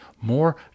more